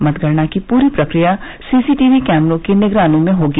मतगणना की पूरी प्रकिया सीसीटीवी कैमरों की निगरानी में होगी